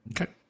Okay